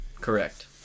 Correct